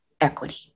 equity